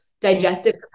digestive